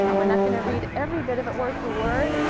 um we're not going to read every bit of it word for word.